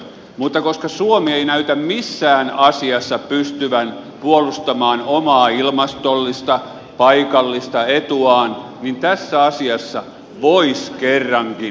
mutta koska suomi ei näytä missään asiassa pystyvän puolustamaan omaa ilmastollista paikallista etuaan niin tässä asiassa voisi kerrankin ryhdistäytyä